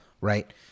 right